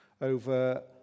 over